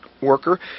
worker